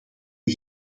een